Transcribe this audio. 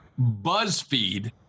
Buzzfeed